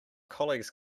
colleagues